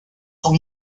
son